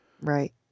Right